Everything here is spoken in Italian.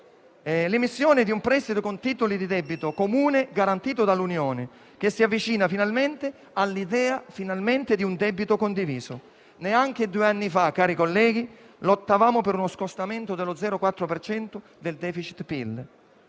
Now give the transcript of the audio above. l'emissione di un prestito con titoli di debito comune garantito dall'Unione si avvicina finalmente all'idea di un debito condiviso. Neanche due anni fa, cari colleghi, lottavamo per uno scostamento dello 0,4 per cento